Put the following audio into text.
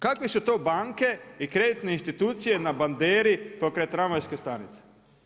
Kakve su to banke i kreditne institucije na banderi pokraj tramvajske stanice?